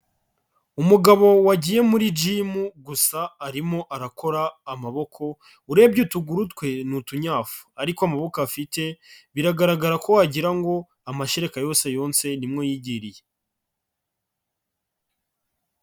Umugabo wagiye muri jimu gusa arimo arakora amaboko, urebye utuguru twe ni utunyafu ariko amaboko afite biragaragara ko wagira ngo amashereka yose yonsa ni mWo yigiriye.